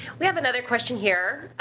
we have another question here,